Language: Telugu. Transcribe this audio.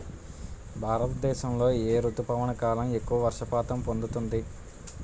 భారతదేశంలో ఏ రుతుపవన కాలం ఎక్కువ వర్షపాతం పొందుతుంది?